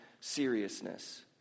seriousness